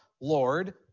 Lord